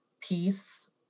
peace